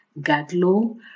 Gadlo